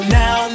now